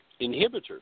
inhibitors